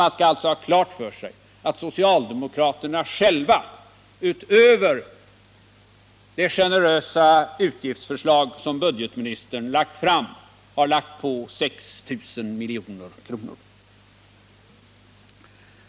Man skall alltså ha klart för sig att socialdemokraterna utöver de generösa budgetförslag som budgetministern lagt fram själva har lagt på 6 000 milj.kr.